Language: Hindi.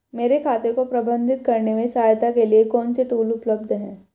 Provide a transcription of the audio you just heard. मेरे खाते को प्रबंधित करने में सहायता के लिए कौन से टूल उपलब्ध हैं?